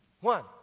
One